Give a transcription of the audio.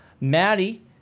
Maddie